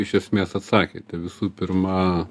iš esmės atsakėte visų pirma